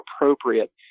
appropriate